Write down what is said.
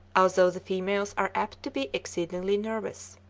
although the females are apt to be exceedingly nervous.